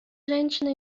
женщины